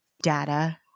data